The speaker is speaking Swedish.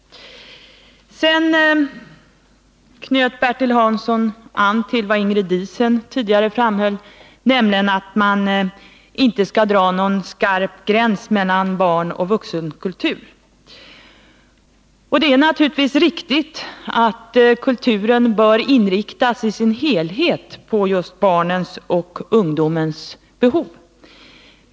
Sedan knöt Bertil Hansson an till vad Ingrid Diesen tidigare framhöll, nämligen att man inte skall dra någon skarp gräns mellan barnoch vuxenkultur. Det är naturligtvis riktigt att kulturen i sin helhet bör inriktas på just barnens och ungdomens behov.